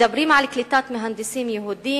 מדברים על קליטת מהנדסים יהודים,